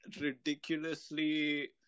ridiculously